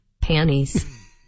panties